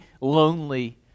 lonely